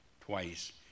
twice